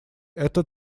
это